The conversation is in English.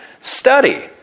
Study